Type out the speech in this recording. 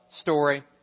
story